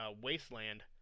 Wasteland